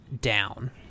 down